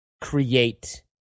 create